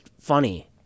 funny